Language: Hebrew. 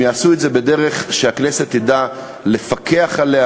הם יעשו את זה בדרך שהכנסת תדע לפקח עליה,